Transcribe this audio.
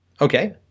Okay